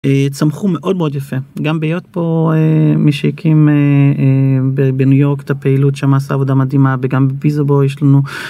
צמחו מאוד מאוד יפה גם ביות פה מי שהקים בניו יורק את הפעילות שם עשה עבודה מדהימה וגם בביסובו יש לנו.